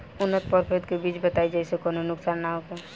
उन्नत प्रभेद के बीज बताई जेसे कौनो नुकसान न होखे?